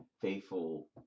faithful